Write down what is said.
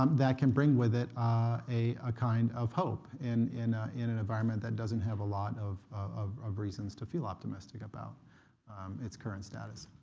um that can bring with it a a kind of hope and in in an environment that doesn't have a lot of of reasons to feel optimistic about its current status.